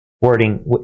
wording